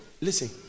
Listen